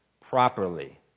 properly